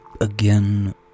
Again